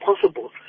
possible